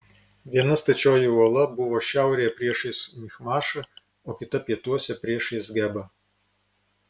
viena stačioji uola buvo šiaurėje priešais michmašą o kita pietuose priešais gebą